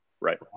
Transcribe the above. Right